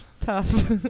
tough